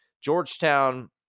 Georgetown